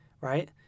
Right